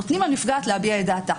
נותנים לנפגעת להביע את דעתה.